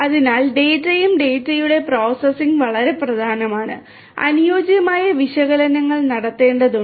അതിനാൽ ഡാറ്റയും ഡാറ്റയുടെ പ്രോസസ്സിംഗും വളരെ പ്രധാനമാണ് അനുയോജ്യമായ വിശകലനങ്ങൾ നടത്തേണ്ടതുണ്ട്